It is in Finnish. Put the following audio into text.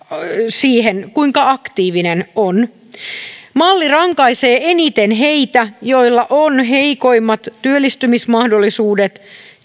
siihen kuinka aktiivinen on malli rankaisee eniten heitä joilla on heikoimmat työllistymismahdollisuudet